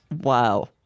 wow